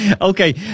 Okay